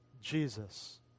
Jesus